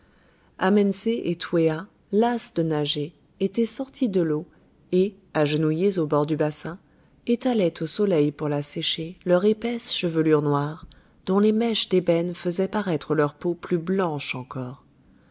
et twéa lasses de nager étaient sorties de l'eau et agenouillées au bord du bassin étalaient au soleil pour la sécher leur épaisse chevelure noire dont les mèches d'ébène faisaient paraître leur peau plus blanche encore